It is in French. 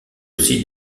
aussi